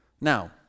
Now